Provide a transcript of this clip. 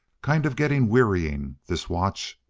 kind of getting wearying, this watch.